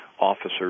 officers